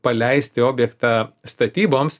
paleisti objektą statyboms